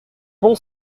bon